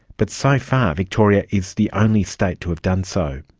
but so far victoria is the only state to have done so.